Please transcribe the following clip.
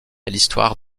l’histoire